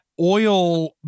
oil